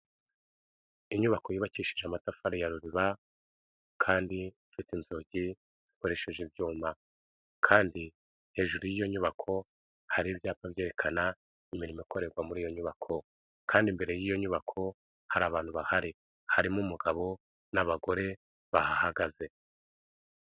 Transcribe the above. Inyubako yubakishije amatafari ya ruriba, kandi ifite inzugi zikoresheje ibyuma, kandi hejuru y'iyo nyubako hari ibyapa byerekana imirimo ikorerwa muri iyo nyubako, kandi imbere y'iyo nyubako, hari abantu bahari, harimo umugabo n'abagore bahahagaze.